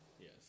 Yes